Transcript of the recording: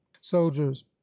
soldiers